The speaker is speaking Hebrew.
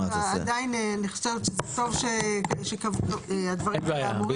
עדיין אני חושבת שזה טוב שקבעו, הדברים אמורים.